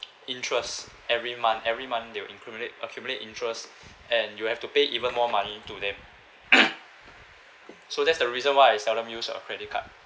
interest every month every month they would accumulate accumulate interest and you have to pay even more money to them so that's the reason why I seldom use uh credit card